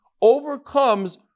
overcomes